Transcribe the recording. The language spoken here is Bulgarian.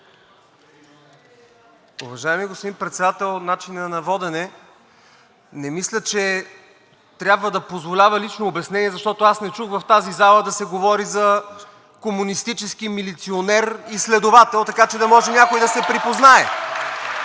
Уважаеми господин Председател, начинът на водене не мисля, че трябва да позволява лично обяснение, защото аз не чух в тази зала да се говори за комунистически милиционер и следовател, така че да може някой да се припознае.